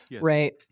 right